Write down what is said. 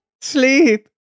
sleep